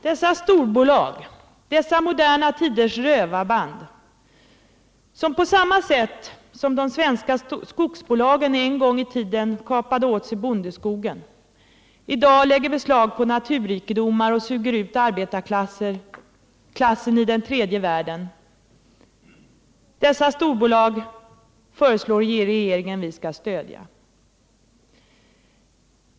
Dessa storbolag — dessa moderna tiders rövarband som, på samma sätt som de svenska skogsbolagen en gång i tiden kapade åt sig bondeskogen, i dag lägger beslag på naturrikedomar och suger ut arbetarklassen i tredje världen — föreslår regeringen att vi skall stödja.